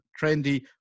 Trendy